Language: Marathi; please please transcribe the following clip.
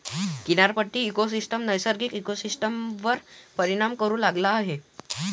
किनारपट्टी इकोसिस्टम नैसर्गिक इकोसिस्टमवर परिणाम करू लागला आहे